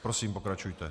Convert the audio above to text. Prosím, pokračujte.